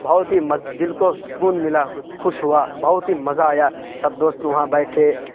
بہت ہی دل کو سکون ملا خوش ہوا بہت ہی مزہ آیا سب دوست وہاں بیٹھے